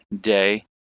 day